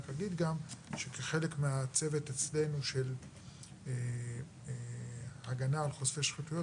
כחלק מהצוות אצלנו של הגנה על חושפי שחיתויות,